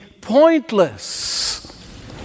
pointless